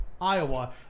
Iowa